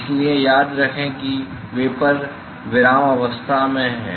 इसलिए याद रखें कि वेपर विराम अवस्था में है